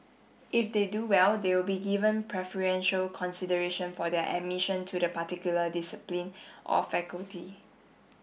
if they do well they will be given preferential consideration for their admission to the particular discipline or faculty